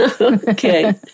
Okay